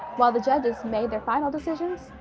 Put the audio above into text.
while the judges made their final decisions.